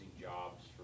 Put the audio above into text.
jobs